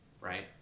right